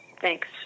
Thanks